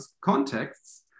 contexts